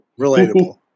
Relatable